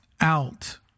out